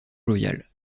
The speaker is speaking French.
jovial